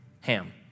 Ham